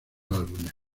álbumes